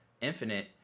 Infinite